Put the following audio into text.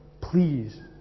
Please